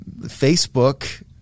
Facebook